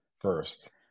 first